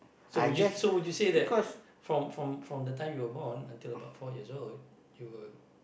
so would you would you say that from the time you were born until about four years old you would